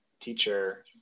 teacher